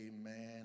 Amen